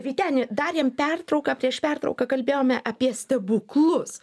vyteni darėm pertrauką prieš pertrauką kalbėjome apie stebuklus